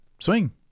swing